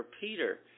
Peter